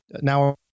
now